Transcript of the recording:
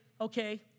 okay